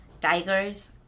tigers